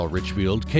Richfield